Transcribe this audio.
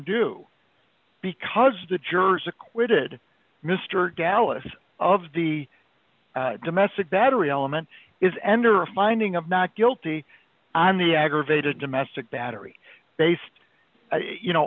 do because the jurors acquitted mr dallas of the domestic battery element is enter a finding of not guilty on the aggravated domestic battery based you know